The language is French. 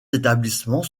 établissements